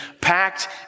packed